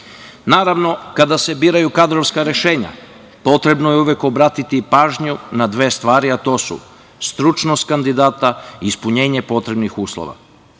kada se biraju kadrovska rešenja, potrebno je uvek obratiti pažnju na dve stvari, a to su stručnost kandidata i ispunjenje potrebnih uslova. Više